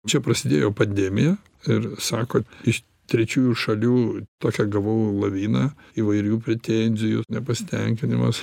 čia prasidėjo pandemija ir sako iš trečiųjų šalių tokią gavau laviną įvairių pretenzijų nepasitenkinimas